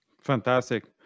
Fantastic